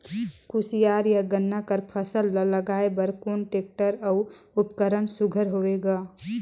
कोशियार या गन्ना कर फसल ल लगाय बर कोन टेक्टर अउ उपकरण सुघ्घर होथे ग?